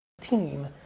team